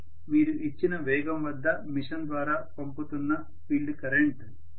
ఇది మీరు ఇచ్చిన వేగం వద్ద మెషిన్ ద్వారా పంపుతున్న ఫీల్డ్ కరెంట్